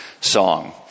song